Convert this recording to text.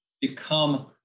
become